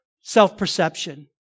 self-perception